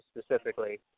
specifically